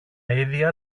ίδια